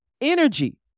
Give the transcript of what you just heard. energy